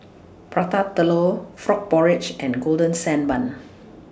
Prata Telur Frog Porridge and Golden Sand Bun